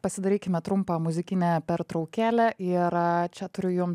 pasidarykime trumpą muzikinę pertraukėlę ir čia turiu jum